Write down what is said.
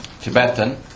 Tibetan